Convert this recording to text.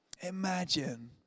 Imagine